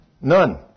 none